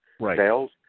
sales